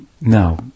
Now